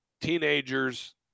teenagers